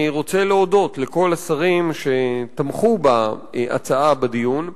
אני רוצה להודות לכל השרים שתמכו בהצעה בדיון.